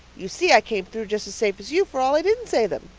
you see i came through just as safe as you for all i didn't say them.